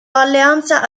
alleanza